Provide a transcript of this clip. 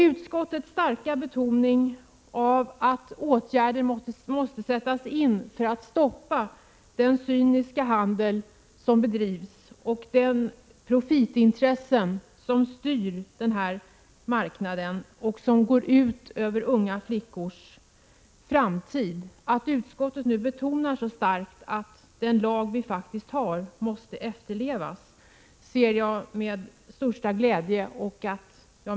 Utskottet betonar starkt att åtgärder måste sättas in för att stoppa denna cyniska handel och de profitintressen som styr den här marknaden och som går ut över unga flickors hela framtid. Likaså betonar utskottet att den lag som faktiskt finns måste efterlevas. Detta konstaterar jag med största glädje.